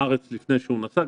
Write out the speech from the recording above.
בארץ לפני שהוא נסע.